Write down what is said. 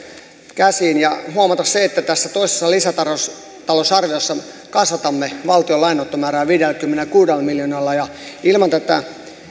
käsiin ja huomata se että tässä toisessa lisätalousarviossa kasvatamme valtion lainanottomäärää viidelläkymmenelläkuudella miljoonalla ja ilman tätä